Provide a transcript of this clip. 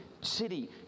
city